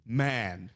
man